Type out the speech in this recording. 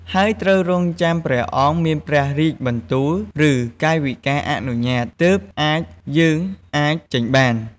ហើយត្រូវរង់ចាំព្រះអង្គមានព្រះរាជបន្ទូល ឬកាយវិការអនុញ្ញាត ទើបអាចយើងអាចចេញបាន។